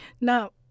Now